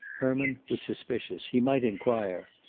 herman was suspicious. he might inquire.